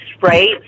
right